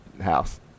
house